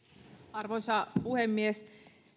arvoisa puhemies